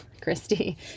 Christy